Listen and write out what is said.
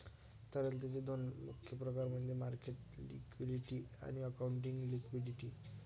तरलतेचे दोन मुख्य प्रकार म्हणजे मार्केट लिक्विडिटी आणि अकाउंटिंग लिक्विडिटी